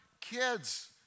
kids